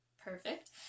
perfect